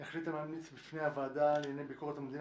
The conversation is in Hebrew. החליטה להמליץ בפני הוועדה לענייני הביקורת המדינה